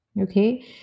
okay